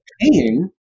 paying